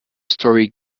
storey